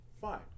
fine